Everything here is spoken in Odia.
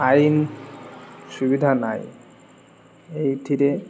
ଆଇନ ସୁବିଧା ନାଇଁ ଏଇଥିରେ